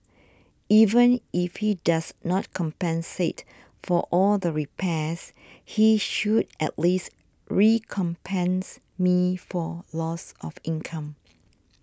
even if he does not compensate for all the repairs he should at least recompense me for loss of income